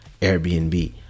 Airbnb